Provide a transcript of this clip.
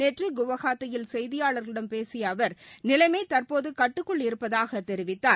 நேற்று குவாஹாத்தியில் செய்தியாளர்களிடம் பேசிய அவர் நிலைமை தற்போது கட்டுக்குள் இருப்பதாகத் தெரிவித்தார்